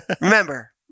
Remember